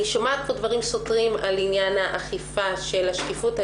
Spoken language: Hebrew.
אני שומעת פה דברים סותרים על עניין האכיפה של השקיפות.